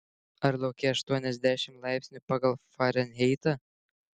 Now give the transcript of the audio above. ar lauke aštuoniasdešimt laipsnių pagal farenheitą